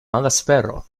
malespero